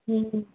हुँ हुँ